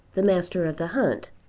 the master of the hunt,